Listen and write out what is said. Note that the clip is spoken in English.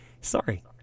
Sorry